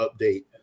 update